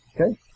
Okay